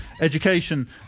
education